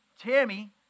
Tammy